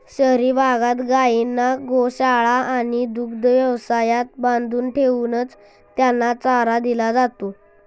शहरी भागात गायींना गोशाळा आणि दुग्ध व्यवसायात बांधून ठेवूनच त्यांना चारा दिला जातो